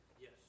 Yes